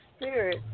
spirit